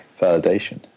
validation